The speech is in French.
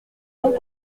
donc